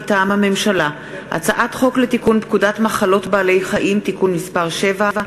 מטעם הממשלה: הצעת חוק לתיקון פקודת מחלות בעלי-חיים (מס' 7),